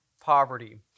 poverty